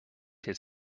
his